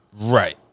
Right